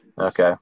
Okay